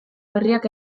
berriak